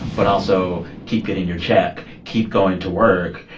but also, keep getting your check. keep going to work.